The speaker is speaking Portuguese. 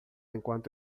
enquanto